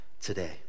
today